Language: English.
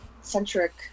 centric